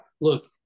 Look